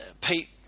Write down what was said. Pete